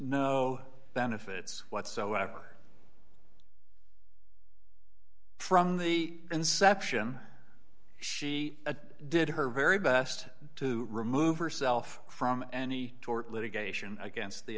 no benefits whatsoever from the inception she did her very best to remove herself from any tort litigation against the